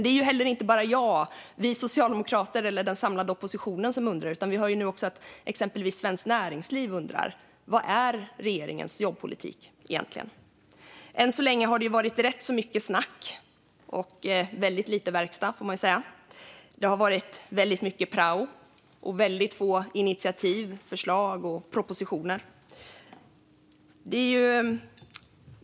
Det är inte bara jag själv, vi socialdemokrater eller den samlade oppositionen som undrar detta, utan vi hör också att exempelvis Svenskt Näringsliv undrar vad som egentligen är regeringens jobbpolitik. Än så länge har det varit rätt mycket snack och väldigt lite verkstad, får man säga. Det har varit väldigt mycket prao och väldigt få initiativ, förslag och propositioner.